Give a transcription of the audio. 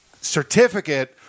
certificate